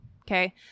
Okay